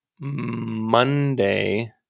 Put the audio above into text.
Monday